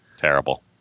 Terrible